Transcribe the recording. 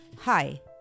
Hi